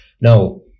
now